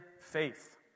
faith